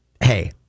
hey